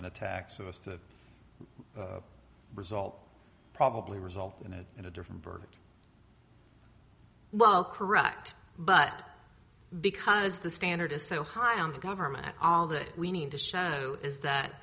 an attack so as to result probably result in a in a different verdict well correct but because the standard is so high on the government and all that we need to show is that